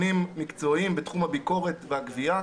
מקצועיים בתחום הביקורת והגבייה.